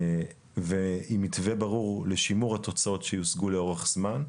ועם מתווה ברור לשימור התוצאות שיושגו לאורך הזמן,